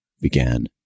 began